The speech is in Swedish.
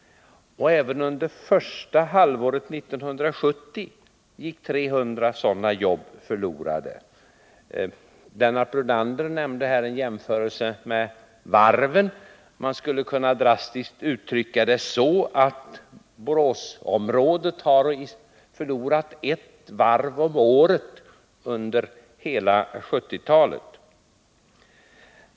Även under första halvåret 1979 gick 300 sådana jobb förlorade. Lennart Brunander gjorde här en jämförelse med varven. Man skulle drastiskt kunna uttrycka det så: Boråsområdet har förlorat ett varv om året under hela 1970-talet.